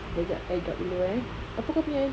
jap jap AirDrop dulu eh apa kau punya Airdrop